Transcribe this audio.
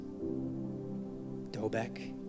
Dobek